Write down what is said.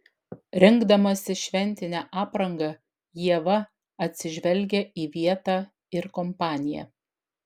rinkdamasi šventinę aprangą ieva atsižvelgia į vietą ir kompaniją